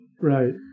Right